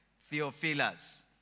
Theophilus